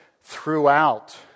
throughout